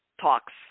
talks